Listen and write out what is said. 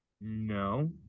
no